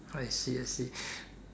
I see I see